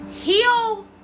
heal